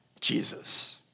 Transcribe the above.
Jesus